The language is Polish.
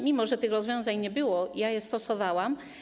Mimo że tych rozwiązań nie było, ja je stosowałam.